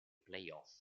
playoff